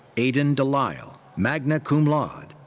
aiden delisle, magna cum laude.